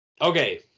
Okay